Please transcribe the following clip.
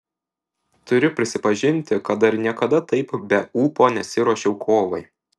turiu prisipažinti kad dar niekada taip be ūpo nesiruošiau kovai